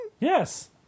Yes